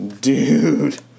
dude